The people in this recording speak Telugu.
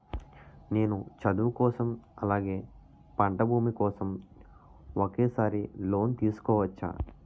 నేను చదువు కోసం అలాగే పంట భూమి కోసం ఒకేసారి లోన్ తీసుకోవచ్చా?